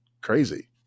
crazy